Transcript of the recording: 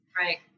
right